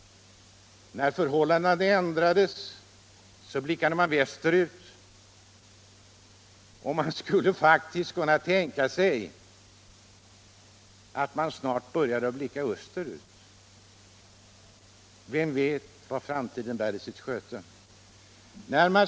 När förhållandena hade ändrats blickade man västerut. Det kan faktiskt tänkas att man snart börjar blicka österut. Vem vet vad framtiden bär i sitt sköte?